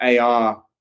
AR